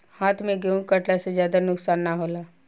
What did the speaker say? हाथ से गेंहू कटला से ज्यादा नुकसान ना होला